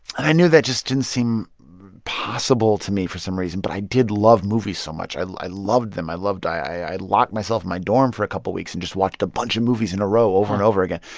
i knew that just didn't seem possible to me for some reason. but i did love movies so much. i i loved them. i loved i i locked myself in my dorm for a couple of weeks and just watched a bunch of movies in a row over and over again.